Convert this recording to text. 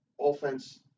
offense